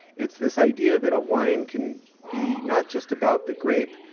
it's this idea that a wine can be not just about the grape,